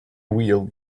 wheel